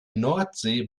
nordsee